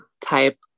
type